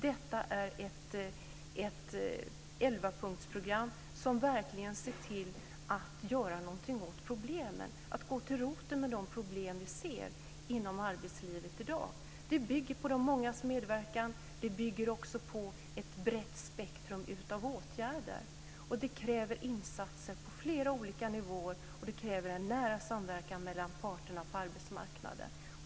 Detta är ett elvapunktsprogram, som verkligen ser till att göra något åt problemen och att gå till roten med de problem vi ser inom arbetslivet i dag. Det bygger på de mångas medverkan, och det bygger på ett brett spektrum av åtgärder. Det kräver insatser på flera olika nivåer, och det kräver en nära samverkan mellan parterna på arbetsmarknaden.